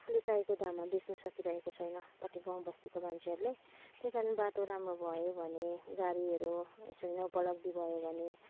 आफूले चाहेको दाममा बेच्न सकिरहेको छैन कति गाउँबस्तीको मान्छेहरूले त्यही कारण बाटो राम्रो भयो भने गाडीहरू यसरी नै उपल्बधी भयो भने